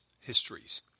histories